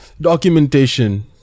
Documentation